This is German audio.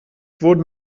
wurden